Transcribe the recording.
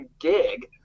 gig